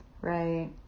Right